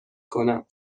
کنم